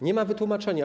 Nie ma wytłumaczenia.